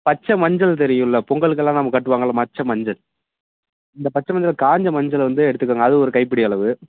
பச்சை மஞ்சள் தெரியுமில்ல பொங்கலுக்கெல்லாம் நம்ம கட்டுவாங்கள்ல மச்ச மஞ்சள் அந்த பச்சை மஞ்சளை காஞ்ச மஞ்சளை வந்து எடுத்துக்கோங்க அது ஒரு கைப்பிடி அளவு